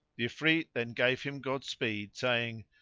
the ifrit then gave him god speed, saying,